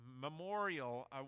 memorial